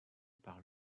par